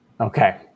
Okay